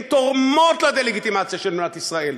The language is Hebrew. הן תורמות לדה-לגיטימציה של מדינת ישראל.